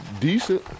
decent